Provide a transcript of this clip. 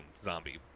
zombie